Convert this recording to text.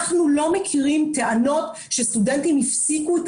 אנחנו לא מכירים טענות שסטודנטים הפסיקו את